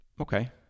Okay